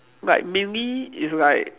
like maybe it's like